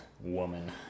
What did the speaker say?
woman